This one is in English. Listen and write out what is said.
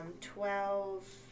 twelve